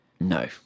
no